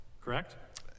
correct